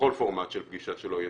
בכל פורמט של פגישה שלא יהיה,